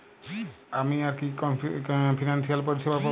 আমি আর কি কি ফিনান্সসিয়াল পরিষেবা পাব?